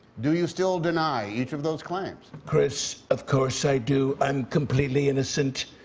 do you still deny each of those claims? chris, of course i do. i'm completely innocent.